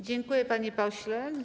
Dziękuję, panie pośle.